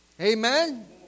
Amen